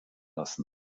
lassen